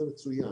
זה מצוין.